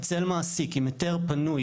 אצל מעסיק עם היתר פנוי,